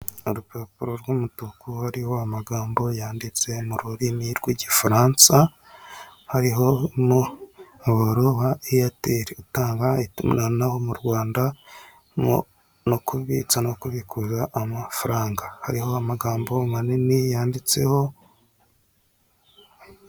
Urupapuro rw'umutuku hariho amagambo yanditse mu rurimi rw'Igifaransa, hariho umuyoboro wa eyateri utanga itumanaho mu Rwanda no kubitsa no kubikura amafaranga hariho amagambo manini yanditseho.